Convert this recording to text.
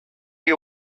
you